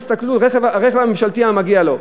תסתכלו: הרכב הממשלתי היה מגיע לו,